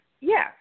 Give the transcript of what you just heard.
yes